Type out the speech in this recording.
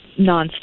nonstop